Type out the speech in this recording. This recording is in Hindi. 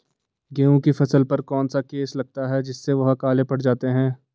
गेहूँ की फसल पर कौन सा केस लगता है जिससे वह काले पड़ जाते हैं?